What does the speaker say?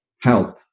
help